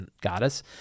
goddess